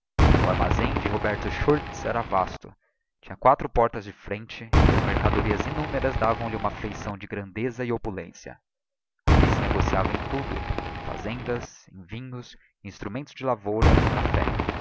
o armazcm de roberto schultz era vasto tinha quatro portas de frente e as mercadorias innumeras davam-lhe uma feição de grandeza e opulência alli se negociava em tudo em fa zendas em vinhos em instrumentos de lavoura em café